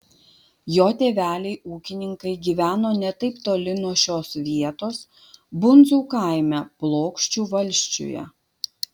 jo tėveliai ūkininkai gyveno ne taip toli nuo šios vietos bundzų kaime plokščių valsčiuje